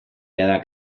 jada